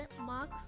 Mark